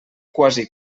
quasi